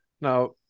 Now